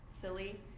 silly